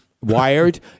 wired